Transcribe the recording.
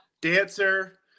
dancer